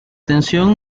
tensión